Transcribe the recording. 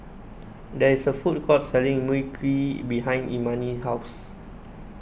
there is a food court selling Mui Kee behind Imani's house